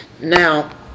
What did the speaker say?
Now